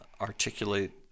articulate